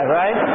right